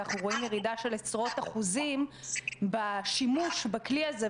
אנחנו רואים ירידה של עשרות אחוזים בשימוש בכלי הזה,